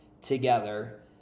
together